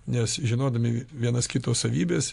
nes žinodami v vienas kito savybes